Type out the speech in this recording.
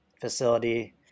facility